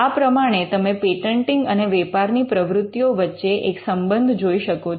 આ પ્રમાણે તમે પેટન્ટિંગ અને વેપારની પ્રવૃત્તિઓ વચ્ચે એક સંબંધ જોઈ શકો છો